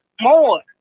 more